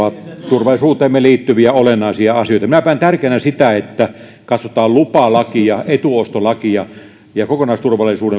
turvallisuuteemme liittyviä olennaisia asioita minä pidän tärkeänä sitä että katsotaan lupalakia etuostolakia ja kokonaisturvallisuuden